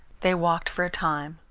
they walked for a time,